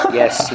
yes